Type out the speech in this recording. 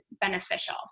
beneficial